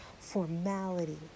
formality